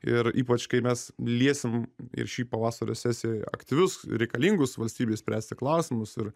ir ypač kai mes liesim ir šį pavasario sesijoj aktyvius reikalingus valstybei spręsti klausimus ir